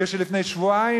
כשלפני שבועיים,